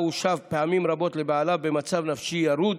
הושב פעמים רבות לבעליו במצב נפשי ירוד,